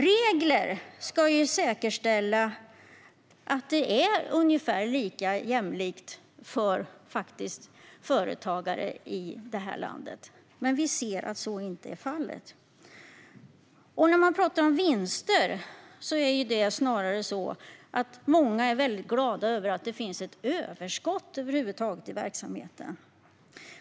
Regler ska säkerställa att det är ungefär lika jämlikt för företagare i detta land. Men vi ser att så inte är fallet. När man talar om vinster är det snarare så att många är mycket glada över att det finns ett överskott över huvud taget i verksamheten.